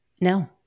No